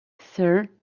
sir